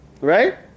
Right